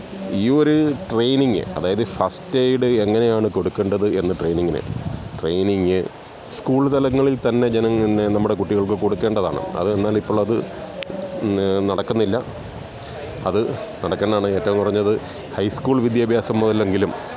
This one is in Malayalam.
ഈയൊരു ട്രേയ്നിങ്ങ് അതായതീ ഫസ്റ്റേയ്ഡ് എങ്ങനെയാണ് കൊടുക്കേണ്ടത് എന്ന ട്രെയിനിങ്ങിന് ട്രേയ്നിങ്ങ് സ്കൂള് തലങ്ങളില്ത്തന്നെ ജന നമ്മുടെ കുട്ടികള്ക്ക് കൊടുക്കേണ്ടതാണ് അത് എന്നാലിപ്പോളത് നടക്കുന്നില്ല അത് നടക്കേണ്ടതാണ് ഏറ്റവും കുറഞ്ഞത് ഹൈ സ്കൂള് വിദ്യാഭ്യാസം മുതലെങ്കിലും